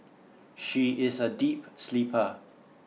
she is a deep sleeper